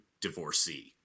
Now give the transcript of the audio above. divorcee